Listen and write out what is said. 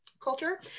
culture